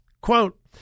Quote